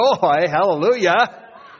Hallelujah